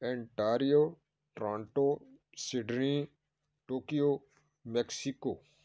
Ontario Toronto Sydney Tokyo Mexico